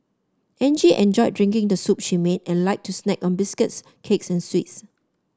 Angie enjoyed drinking the soup she made and liked to snack on biscuits cakes and sweets